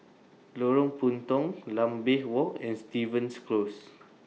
Lorong Puntong Lambeth Walk and Stevens Close